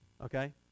okay